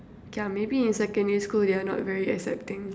K lah maybe in secondary school they are not very accepting